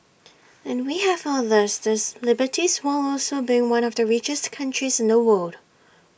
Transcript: and we have all of these these liberties while also being one of the richest countries in the world